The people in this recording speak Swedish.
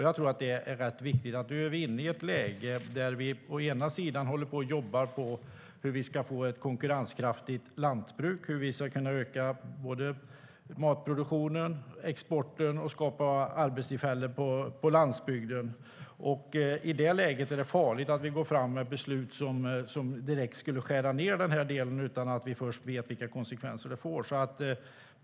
Jag tror att det är rätt viktigt att vi nu är inne i ett läge där vi håller på och jobbar på hur vi ska få ett konkurrenskraftigt lantbruk och kunna öka både matproduktionen och exporten och skapa arbetstillfällen på landsbygden. I det läget är det farligt att gå fram med beslut som direkt skulle skära ned den här delen utan att vi först vet vilka konsekvenser det får.